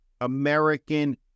American